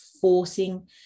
forcing